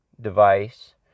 device